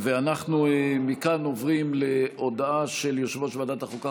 ואנחנו מכאן עוברים להודעה של יושב-ראש ועדת החוקה,